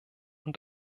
und